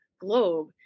globe